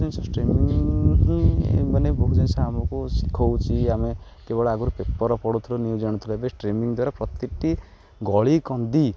streaming ହ ମାନେ ବହୁତ ଜିନିଷ ଆମକୁ ଶିଖାଉଛି ଆମେ କେବଳ ଆଗରୁ ପେପର ପଢ଼ୁଥିଲୁ ନ୍ୟୁଜ୍ ଆଣୁଥିଲୁ ଏବେ ଷ୍ଟ୍ରିମିଂ ଦ୍ୱାରା ପ୍ରତିଟି ଗଳିଗନ୍ଦି